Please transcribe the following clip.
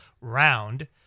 round